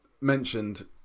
mentioned